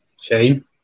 Shane